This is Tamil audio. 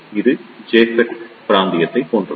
இது JFET பிராந்தியத்தைப் போன்றது